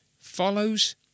follows